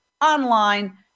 online